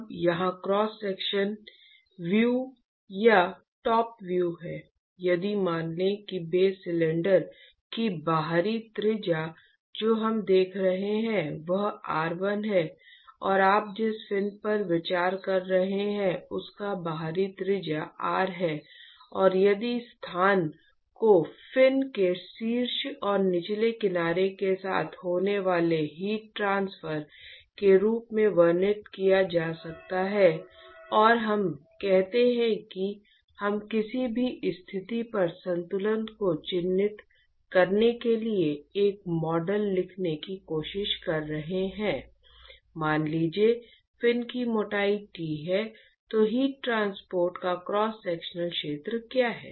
अब यहां cross sectional view या टॉप व्यू है यदि मान लें कि बेस सिलेंडर की बाहरी त्रिज्या जो हम देख रहे हैं वह r1 है और आप जिस फिन पर विचार कर रहे हैं उसका बाहरी त्रिज्या R है और यदि स्थान को फिन के शीर्ष और निचले किनारे के साथ होने वाले हीट ट्रांसफर के रूप में वर्णित किया जा सकता है और हम कहते हैं कि हम किसी भी स्थिति R पर संतुलन को चिह्नित करने के लिए एक मॉडल लिखने की कोशिश कर रहे हैं मान लीजिए फिन की मोटाई T है तो हीट ट्रांसपोर्ट का क्रॉस सेक्शनल क्षेत्र क्या है